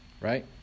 right